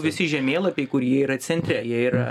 visi žemėlapiai kur jie yra centre jie yra